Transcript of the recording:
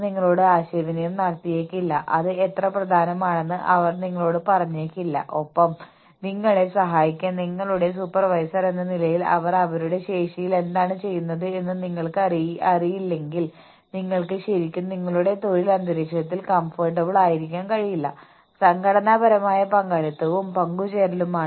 ഞങ്ങൾ ജോലിഭാരത്തിന്റെ മാനദണ്ഡങ്ങൾ നിശ്ചയിക്കുകയും അവർ ചെയ്യുന്ന ജോലിയുടെ ഓരോ ഘട്ടത്തിലും അവർ ഏറ്റെടുക്കുന്ന എല്ലാ പ്രവർത്തനങ്ങളിലും താഴത്തെ നിലയിലുള്ള ജീവനക്കാർക്ക് പ്രോത്സാഹനം നൽകാനും ഞങ്ങൾ പദ്ധതിയിടുന്നു